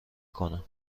کنم